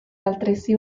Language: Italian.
altresì